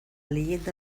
leyenda